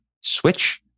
switch